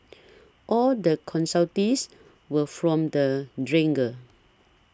all the consultees were from the dredger